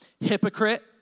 Hypocrite